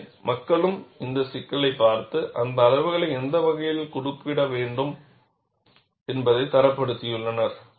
எனவே மக்களும் இந்த சிக்கலைப் பார்த்து அந்த அளவுகளை எந்த வழியில் குறிப்பிட வேண்டும் என்பதை தரப்படுத்தியுள்ளனர்